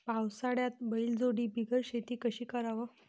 पावसाळ्यात बैलजोडी बिगर शेती कशी कराव?